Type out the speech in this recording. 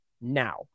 now